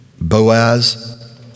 Boaz